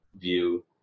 view